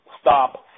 stop